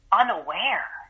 unaware